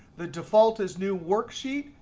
the default is new worksheet.